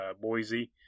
Boise